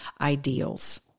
ideals